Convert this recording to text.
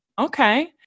Okay